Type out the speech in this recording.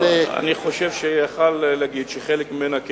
אני חושב שיכול היה להגיד שחלק ממנה כן,